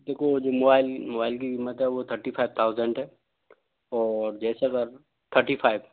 देखो जी mobile mobile की क़ी मत थर्टी फ़ाइव थाउज़ेंड है और जैसे अगर थर्टी फ़ाइव